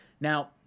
Now